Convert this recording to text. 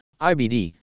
IBD